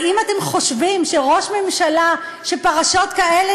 האם אתם חושבים שראש ממשלה שפרשות כאלה